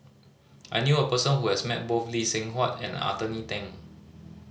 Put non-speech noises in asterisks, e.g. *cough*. I knew a person who has met both Lee Seng Huat and Anthony Then *noise*